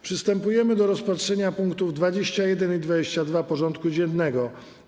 Przystępujemy do rozpatrzenia punktów 21. i 22. porządku dziennego: